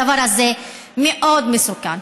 הדבר הזה מאוד מסוכן,